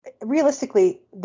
realistically